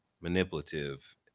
manipulative